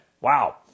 Wow